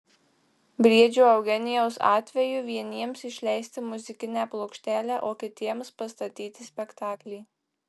briedžio eugenijaus atveju vieniems išleisti muzikinę plokštelę o kitiems pastatyti spektaklį